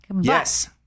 Yes